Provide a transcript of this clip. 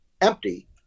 empty